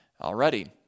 already